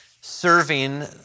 serving